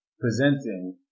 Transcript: presenting